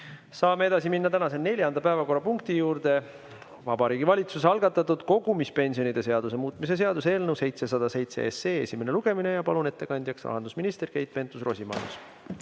Saame edasi minna tänase neljanda päevakorrapunkti juurde: Vabariigi Valitsuse algatatud kogumispensionide seaduse muutmise seaduse eelnõu 707 esimene lugemine. Ma palun ettekandjaks rahandusminister Keit Pentus-Rosimannuse.